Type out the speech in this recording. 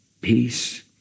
peace